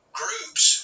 groups